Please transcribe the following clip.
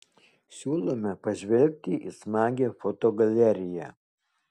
siūlome pažvelgti į smagią fotogaleriją